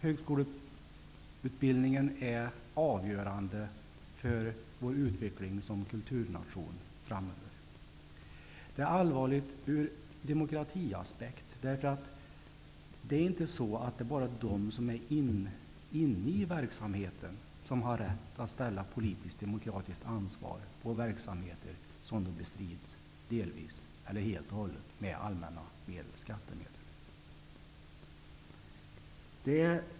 Högskoleutbildningen är avgörande för vår utveckling som kulturnation framöver. Det är också allvarligt ur demokratiaspekt. Inte bara de som är inne i verksamheten har rätt att ställa krav på politiskt och demokratiskt ansvar för verksamhet som bestrids helt eller delvis med skattemedel.